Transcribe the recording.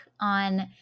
on